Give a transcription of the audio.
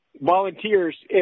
volunteers